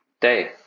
day